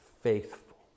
faithful